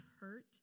hurt